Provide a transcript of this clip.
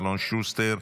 אלון שוסטר,